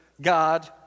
God